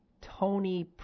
Tony